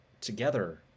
together